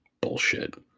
Bullshit